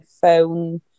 phone